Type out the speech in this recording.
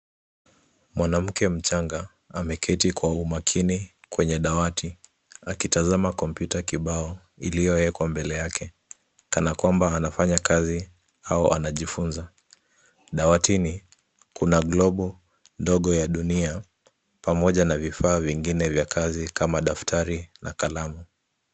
Mwanamke mchanga ameketi kwa umakini kwenye dawati, akitazama kompyuta kibao iliyowekwa mbele yake kana kwamba anafanya kazi au anajifunza. Dawatini kuna (cs)global(cs) ndogo ya dunia pamoja na vifaa vingine vya kazi kama daftari na kalamu.